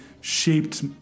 shaped